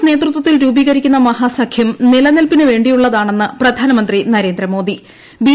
കോൺഗ്രസ് നേതൃത്വത്തിൽ രൂപ്പീക്കിക്കുന്ന മഹാസഖ്യം നിലനിൽപ്പിനുവ്വേണ്ടിയുള്ളതാണെന്ന് പ്രധാനമന്ത്രി നരേന്ദ്രമോദി ്ണി